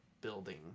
building